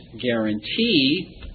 guarantee